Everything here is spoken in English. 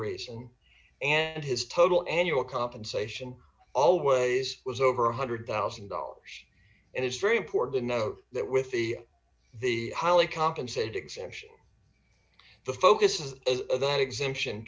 reason and his total annual compensation always was over one hundred thousand dollars and it's very important to note that with the the highly compensated exemption the focus is that exemption